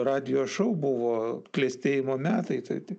radijo šou buvo klestėjimo metai tai tik